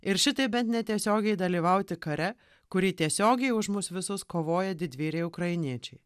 ir šitaip bent netiesiogiai dalyvauti kare kurį tiesiogiai už mus visus kovoja didvyriai ukrainiečiai